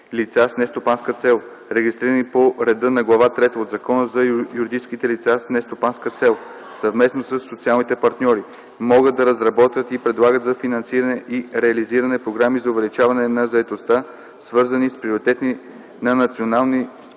лица с нестопанска цел регистрирани по реда на Глава трета от Закона за юридическите лица с нестопанска цел, съвместно със социалните партньори могат да разработват и предлагат за финансиране и реализиране програми за увеличаване на заетостта, свързани с приоритетите на национални